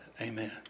Amen